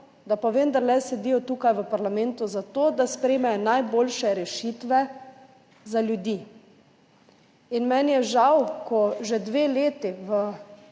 da pa vendarle sedijo tukaj v parlamentu zato, da sprejmejo najboljše rešitve za ljudi. In meni je žal, ko že dve leti v